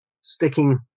sticking